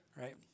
right